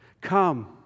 Come